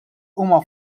huma